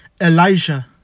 Elijah